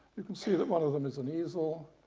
you can see that one of them is an easel